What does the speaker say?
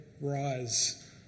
rise